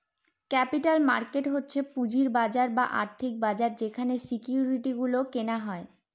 capital market হচ্ছে পুঁজির বাজার বা আর্থিক বাজার যেখানে সিকিউরিটি গুলো কেনা হয়